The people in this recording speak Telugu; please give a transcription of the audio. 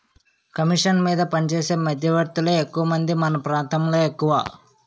కమీషన్ మీద పనిచేసే మధ్యవర్తులే ఎక్కువమంది మన ప్రాంతంలో ఎక్కువ